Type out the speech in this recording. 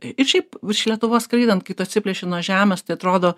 ir šiaip virš lietuvos skraidant kai tu atsiplėši nuo žemės tai atrodo